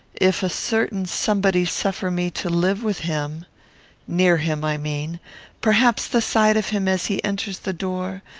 if a certain somebody suffer me to live with him near him, i mean perhaps the sight of him as he enters the door,